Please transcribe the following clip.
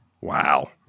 Wow